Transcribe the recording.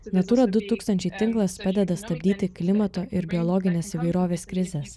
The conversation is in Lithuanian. natūra du tūkstančiai tinklas padeda stabdyti klimato ir biologinės įvairovės krizės